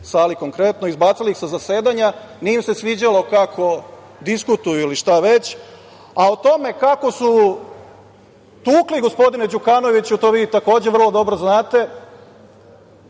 sali konkretno, izbacili ih sa zasedanja, nije im se sviđalo kako diskutuju ili šta već. O tome kako su tukli gospodina Đukanovića, to vi takođe vrlo dobro znate,